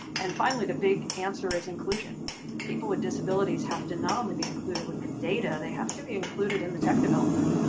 and finally the big answer is inclusion people with disabilities have to not only be included with the data they have to be included in the tech development.